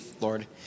Lord